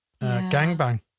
gangbang